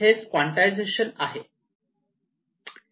हेच क्वांटायझेशन आहे